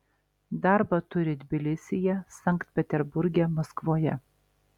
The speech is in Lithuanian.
darbą turi tbilisyje sankt peterburge maskvoje